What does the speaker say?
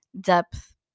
depth